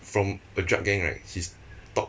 from a drug gang right he's talk